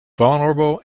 vulnerable